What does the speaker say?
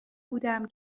بودم